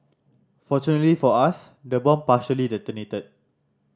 fortunately for us the bomb partially detonated